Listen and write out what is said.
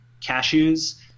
cashews